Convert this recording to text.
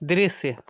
दृश्य